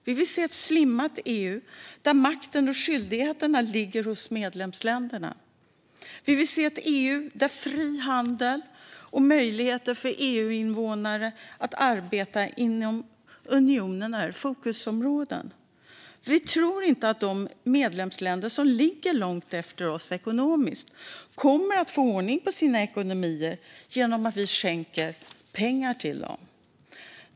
Vi vill se ett slimmat EU, där makten och skyldigheterna ligger hos medlemsländerna. Vi vill se ett EU där fri handel och möjlighet för EU-invånare att arbeta inom unionen är fokusområden. Vi tror inte att de medlemsländer som ligger långt efter oss ekonomiskt kommer att få ordning på sina ekonomier genom att vi skänker pengar till dem.